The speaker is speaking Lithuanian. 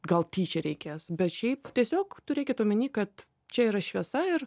gal tyčia reikės bet šiaip tiesiog turėkit omeny kad čia yra šviesa ir